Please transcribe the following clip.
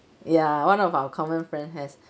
ya one of our common friend has